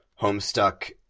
Homestuck